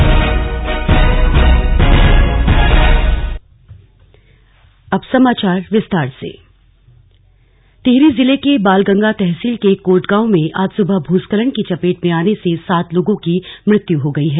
भुस्खलन टिहरी जिले के बालगंगा तहसील के कोट गांव में आज सुबह भूस्खलन की चपेट में आने से सात लोगों की मृत्यु हो गई है